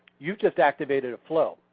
you've just activated a flow,